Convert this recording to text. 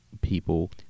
people